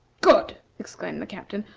good! exclaimed the captain.